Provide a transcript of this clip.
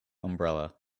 umbrella